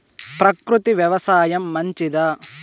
ప్రకృతి వ్యవసాయం మంచిదా?